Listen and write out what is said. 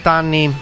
anni